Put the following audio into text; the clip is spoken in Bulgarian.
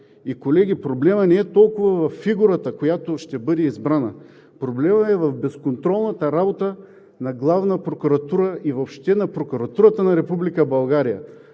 Колеги, проблемът не е толкова във фигурата, която ще бъде избрана. Проблемът е в безконтролната работа на Главна прокуратура и въобще на Прокуратурата на Република